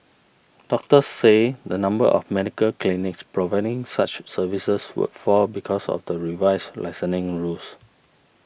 doctors said the number of medical clinics providing such services would fall because of the revised licensing rules